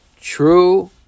true